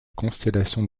constellation